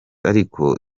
ariko